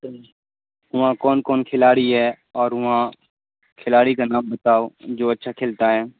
وہاں کون کون کھلاڑی ہے اور وہاں کھلاڑی کا نام بتاؤ جو اچھا کھیلتا ہے